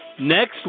Next